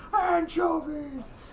Anchovies